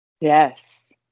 yes